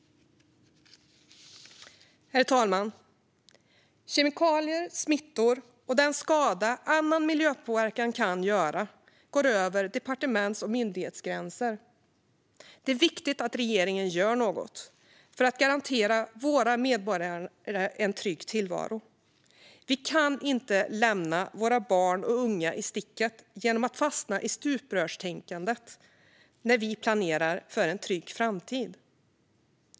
Herr talman! Kemikalier, smittor och den skada annan miljöpåverkan kan göra går över departements och myndighetsgränser. Det är viktigt att regeringen gör något för att garantera våra medborgare en trygg tillvaro. Vi kan inte lämna våra barn och unga i sticket genom att fastna i stuprörstänkande när vi planerar för en trygg framtid.